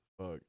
Fuck